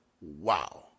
Wow